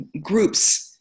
groups